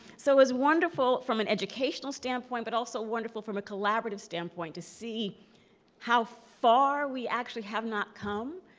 so it was wonderful from an educational standpoint, but also wonderful from a collaborative standpoint to see how far we actually have not come.